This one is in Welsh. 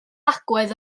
agwedd